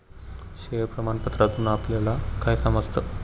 Share प्रमाण पत्रातून आपल्याला काय समजतं?